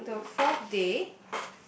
then on the fourth day